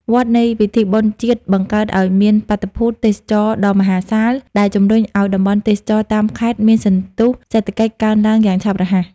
វដ្តនៃពិធីបុណ្យជាតិបង្កើតឱ្យមានបាតុភូត "ទេសចរណ៍ដ៏មហាសាល" ដែលជំរុញឱ្យតំបន់ទេសចរណ៍តាមខេត្តមានសន្ទុះសេដ្ឋកិច្ចកើនឡើងយ៉ាងឆាប់រហ័ស។